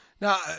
Now